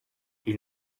ils